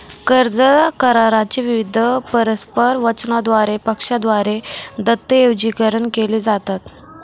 कर्ज करारा चे विविध परस्पर वचनांद्वारे पक्षांद्वारे दस्तऐवजीकरण केले जातात